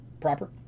proper